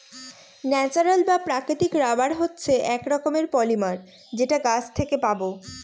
natural বা প্রাকৃতিক rubber হচ্ছে এক রকমের পলিমার যেটা গাছ থেকে পাবো